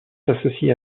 s’associe